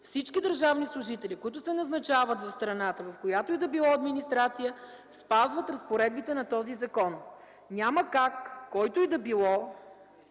Всички държавни служители, които се назначават в страната, в която и да било администрация, спазват разпоредбите на този закон. Няма как, който и да било,